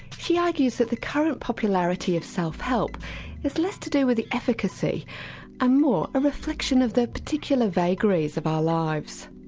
she argues that the current popularity of self-help is less to do with the efficacy and ah more a reflection of the particular vagaries of our lives.